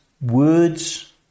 words